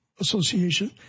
Association